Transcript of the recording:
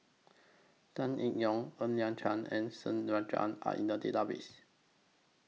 Tan Eng Yoon Ng Liang Chiang and S Rajendran Are in The Database